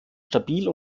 stabil